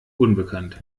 unbekannt